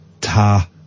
Ta